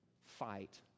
fight